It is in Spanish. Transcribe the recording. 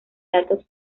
datos